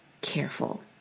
careful